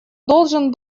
должен